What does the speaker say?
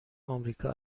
آمریکا